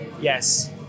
Yes